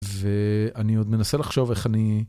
ואני עוד מנסה לחשוב איך אני...